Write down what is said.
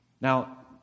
Now